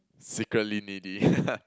secretly needy